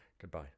Goodbye